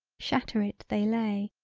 shatter it they lay.